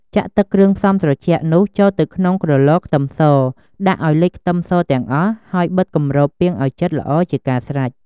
ចាក់ទឹកគ្រឿងផ្សំត្រជាក់នោះចូលទៅក្នុងក្រឡខ្ទឹមស ដាក់ឲ្យលិចខ្ទឹមសទាំងអស់ ហើយបិទគម្របពាងឲ្យជិតល្អជាការស្រេច។